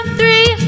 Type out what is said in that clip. three